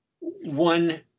one